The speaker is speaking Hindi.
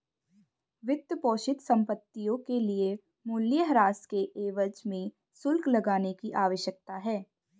वित्तपोषित संपत्तियों के लिए मूल्यह्रास के एवज में शुल्क लगाने की आवश्यकता है